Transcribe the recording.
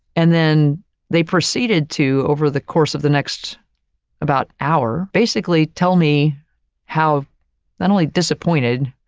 and then they proceeded to, over the course of the next about hour, basically tell me how not only disappointed,